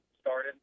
started